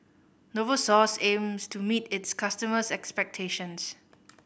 Novosource aims to meet its customers' expectations